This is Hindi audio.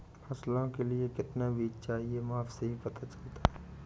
फसलों के लिए कितना बीज चाहिए माप से ही पता चलता है